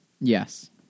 Yes